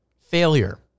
failure